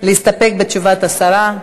להסתפק בתשובת השרה?